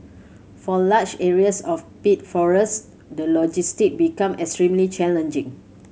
for large areas of peat forest the logistic become extremely challenging